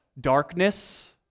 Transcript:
darkness